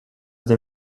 they